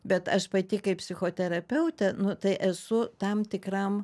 bet aš pati kaip psichoterapeutė nu tai esu tam tikram